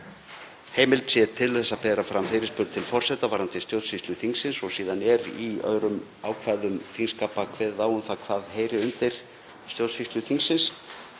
heimild sé til að bera fram fyrirspurn til forseta varðandi stjórnsýslu þingsins og síðan er í öðrum ákvæðum þingskapa kveðið á um það hvað heyri undir stjórnsýslu þingsins.